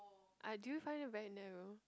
ah do you find it very narrow